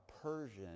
Persian